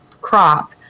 crop